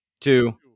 two